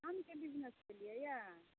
आमके बिजनेस कयलियैया